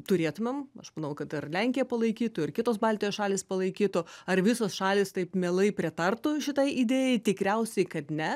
turėtumėm aš manau kad ir lenkija palaikytų ir kitos baltijos šalys palaikytų ar visos šalys taip mielai pritartų šitai idėjai tikriausiai kad ne